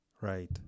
Right